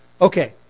Okay